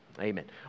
Amen